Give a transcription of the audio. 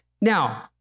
Now